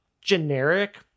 generic